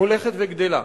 הולכת וגדלה.